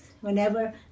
whenever